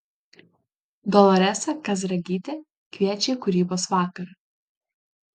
doloresa kazragytė kviečia į kūrybos vakarą